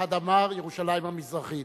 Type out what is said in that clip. אחד אמר ירושלים המזרחית,